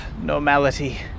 normality